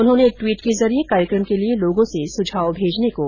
उन्होंने एक द्वीट के जरिए कार्यक्रम के लिए लोगों से सुझाव भेजने को कहा है